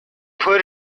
put